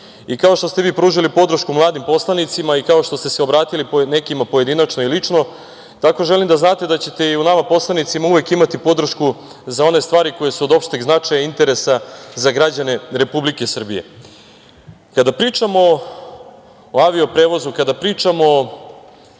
Kao što ste vi pružili podršku mladim poslanicima i kao što ste se obratili nekima pojedinačno i lično, tako želim da znate da ćete i u nama poslanicima uvek imati podršku za one stvari koje su od opšteg značaja i interesa za građane Republike Srbije. Kada pričamo o avio prevozu, kada pričamo